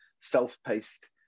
self-paced